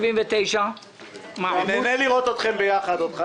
178-179. אני נהנה לראות אתכם ביחד.